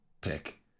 pick